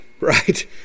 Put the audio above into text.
right